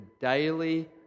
daily